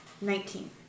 nineteen